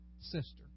sister